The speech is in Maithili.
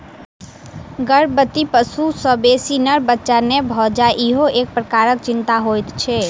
गर्भवती पशु सॅ बेसी नर बच्चा नै भ जाय ईहो एक प्रकारक चिंता होइत छै